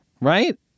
right